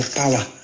power